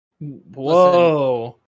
whoa